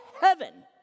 heaven